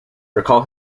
recall